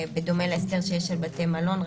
בדומה להסדר של בתי מלון,